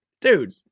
dude